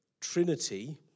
Trinity